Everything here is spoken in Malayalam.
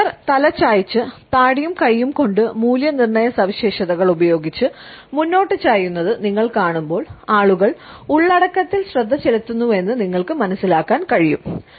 പ്രേക്ഷകർ തല ചായ്ച്ച് താടിയും കൈയും കൊണ്ട് മൂല്യനിർണ്ണയ സവിശേഷതകൾ ഉപയോഗിച്ച് മുന്നോട്ട് ചായുന്നത് നിങ്ങൾ കാണുമ്പോൾ ആളുകൾ ഉള്ളടക്കത്തിൽ ശ്രദ്ധ ചെലുത്തുന്നുവെന്ന് നിങ്ങൾക്ക് മനസിലാക്കാൻ കഴിയും